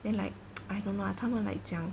then like I don't know ah 他们 like 讲